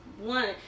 one